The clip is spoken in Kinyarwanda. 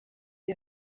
iyo